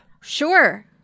Sure